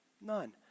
None